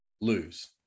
lose